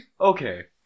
okay